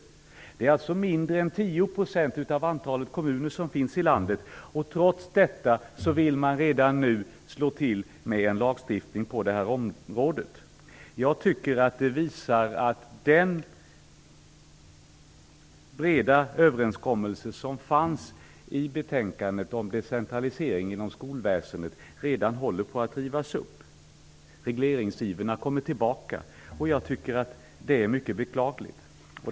Det är alltså mindre än 10 % av det antal kommuner som finns i landet. Trots detta vill man redan nu slå till med en lagstiftning på det här området. Det visar att den breda överenskommelse om decentralisering av skolverksamhet som betänkandet gav uttryck för redan håller på att rivas upp. Regleringsivrarna har kommit tillbaka, och det är mycket beklagligt.